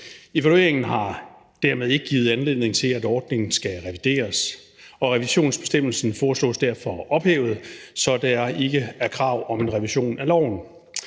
Evalueringen har dermed ikke givet anledning til, at ordningen skal revideres, og revisionsbestemmelsen foreslås derfor ophævet, så der ikke er krav om en revision af loven.